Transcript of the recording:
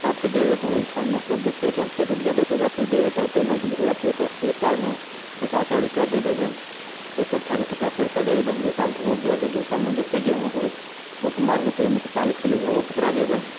सभकेँ देबै पड़ैत छै मतलब दूसरेके हम खेत उपजेबै तऽ ओकरा फेर देबै पड़तै ने ओकरा एक बारमे पचास हजार रुपआ दै देबै एक कठ्ठाके पचास हजार रुपआ दै देबै हम दू साल तक उपजबै दू सालमे जतेक गेहूँ होइ ओ हमर होयतै ओहिमे से चालीस किलो ओकरा ओकरा देबै